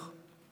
רכה שצריך.